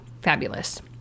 fabulous